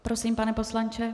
Prosím, pane poslanče.